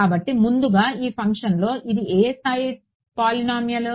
కాబట్టి ముందుగా ఈ ఫంక్షన్లో ఇది ఏ స్థాయి పొలినోమీయల్